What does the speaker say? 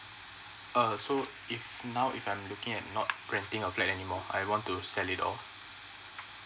err so if now if I'm looking at not renting a flat anymore I want to sell it off